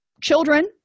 children